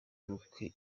ubukwe